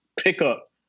pickup